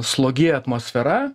slogi atmosfera